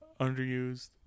underused